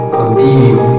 continue